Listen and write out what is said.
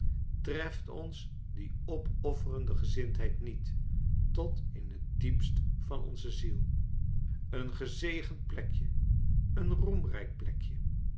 treft ons die opofferende gezindheid niet tot in het diepst van onze ziel een gezegend plekje een roemrijk plekje